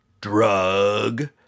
drug